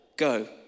go